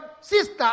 sister